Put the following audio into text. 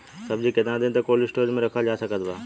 सब्जी केतना दिन तक कोल्ड स्टोर मे रखल जा सकत बा?